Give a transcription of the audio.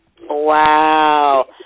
Wow